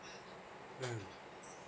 mm